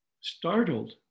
startled